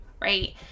right